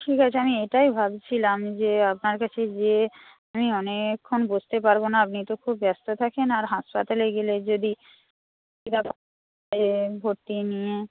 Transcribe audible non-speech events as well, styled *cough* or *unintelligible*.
ঠিক আছে আমি এটাই ভাবছিলাম যে আপনার কাছে গিয়ে আমি অনেকক্ষণ বসতে পারব না আপনি তো খুব ব্যস্ত থাকেন আর হাসপাতালে গেলে যদি *unintelligible* ভর্তি নিয়ে